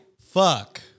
fuck